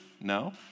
No